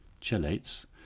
chelates